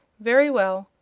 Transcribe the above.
very well,